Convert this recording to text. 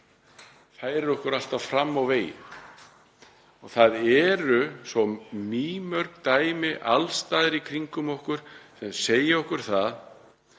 færir okkur alltaf fram á veginn. Það eru svo mýmörg dæmi alls staðar í kringum okkur sem segja okkur það